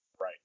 Right